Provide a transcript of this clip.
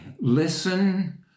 listen